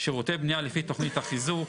שירותי בנייה לפי תוכנית החיזוק,